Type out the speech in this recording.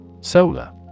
Solar